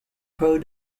pro